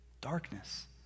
Darkness